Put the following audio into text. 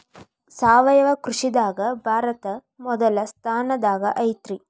ಸಾವಯವ ಕೃಷಿದಾಗ ಭಾರತ ಮೊದಲ ಸ್ಥಾನದಾಗ ಐತ್ರಿ